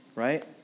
right